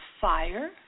fire